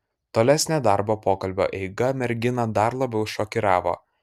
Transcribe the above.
tolesnė darbo pokalbio eiga merginą dar labiau šokiravo